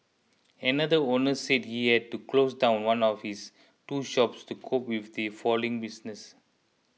another owner said he had to close down one of his two shops to cope with his failing business